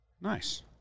Nice